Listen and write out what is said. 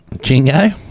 Jingo